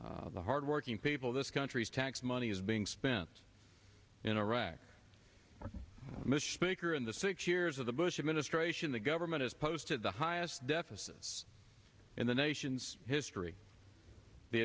how the hard working people of this country's tax money is being spent in iraq misspeak or in the six years of the bush administration the government has posted the highest deficit is in the nation's history the